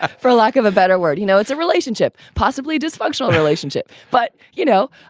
for lack of a better word. you know, it's a relationship, possibly dysfunctional relationship but, you know,